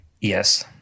Yes